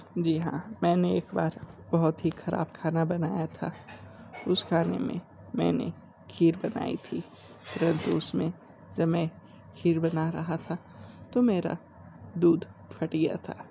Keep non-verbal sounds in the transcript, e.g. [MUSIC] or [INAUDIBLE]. जी हाँ मैंने एक बार बहुत ही खराब खाना बनाया था उस खाने में मैंने खीर बनाई थी [UNINTELLIGIBLE] उसमें जब मैं खीर बना रहा था तो मेरा दूध फट गया था